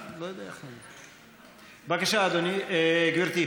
בבקשה, גברתי.